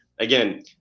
Again